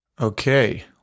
Okay